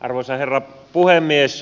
arvoisa herra puhemies